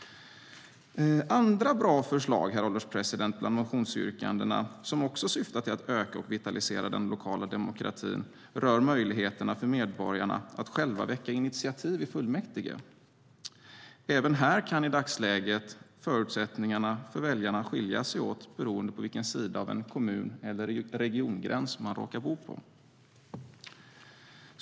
Herr ålderspresident! Andra bra förslag bland motionsyrkandena som också syftar till att öka och vitalisera den lokala demokratin rör möjligheterna för medborgarna att själva väcka initiativ i fullmäktige. Även här kan i dagsläget förutsättningarna för väljarna skilja sig åt, beroende på vilken sida av en kommun eller regiongräns de råkar bo.